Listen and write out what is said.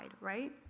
right